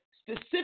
specific